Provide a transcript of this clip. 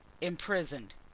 imprisoned